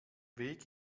weg